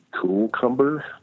Cucumber